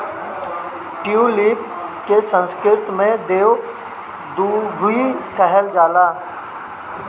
tulip के संस्कृत में देव दुन्दुभी कहल जाला